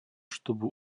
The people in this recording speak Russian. чтобы